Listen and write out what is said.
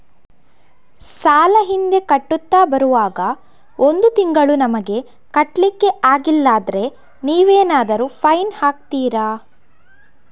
ಸಾಲ ಹಿಂದೆ ಕಟ್ಟುತ್ತಾ ಬರುವಾಗ ಒಂದು ತಿಂಗಳು ನಮಗೆ ಕಟ್ಲಿಕ್ಕೆ ಅಗ್ಲಿಲ್ಲಾದ್ರೆ ನೀವೇನಾದರೂ ಫೈನ್ ಹಾಕ್ತೀರಾ?